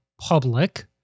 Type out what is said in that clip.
public